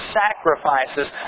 sacrifices